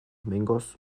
behingoz